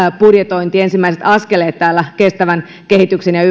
budjetointi ensimmäiset askeleet kestävän kehityksen ja